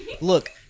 look